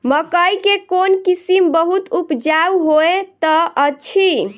मकई केँ कोण किसिम बहुत उपजाउ होए तऽ अछि?